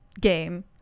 game